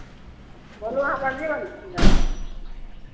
बोलू अहाँ दरजी बोलै छी ने